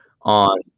on